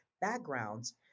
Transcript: backgrounds